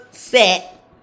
set